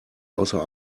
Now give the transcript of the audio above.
außer